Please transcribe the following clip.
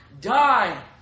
die